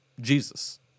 Jesus